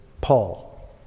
Paul